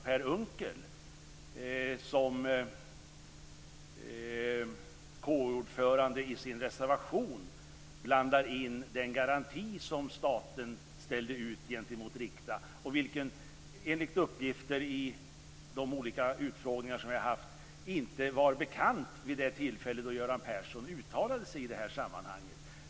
Per Unckel som KU-ordförande blandar i sin reservation in den garanti som staten ställde ut gentemot Rikta och vilken enligt uppgifter i de olika utfrågningar som vi har haft inte var bekant vid det tillfälle då Göran Persson uttalade sig i detta sammanhang.